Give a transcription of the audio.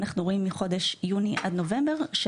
מחודש יוני עד נובמבר,